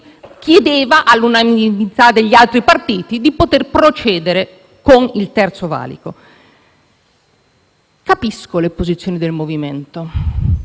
chiedeva, all'unanimità degli altri partiti, di poter procedere con il Terzo valico. Capisco le posizioni del MoVimento;